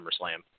SummerSlam